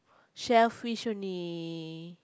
shellfish only